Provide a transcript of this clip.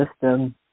system